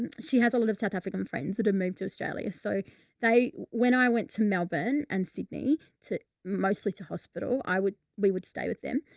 she has a lot of south african friends that are moved to australia, so they, when i went to melbourne and sydney to mostly to hospital, i would, we would stay with them.